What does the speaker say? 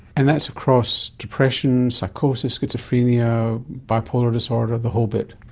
and that's across depression, psychosis, schizophrenia, bipolar disorder, the whole bit?